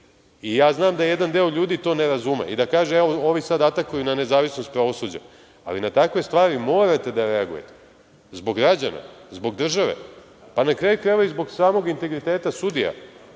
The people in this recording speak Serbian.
i ja znam da jedan deo ljudi to ne razume, i da kaže – evo ovi sada atakuju na nezavisnost pravosuđa, ali na takve stvari morate da reagujete, zbog građana, zbog države, pa na kraju krajeva i zbog samog integriteta sudija,